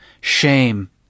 Shame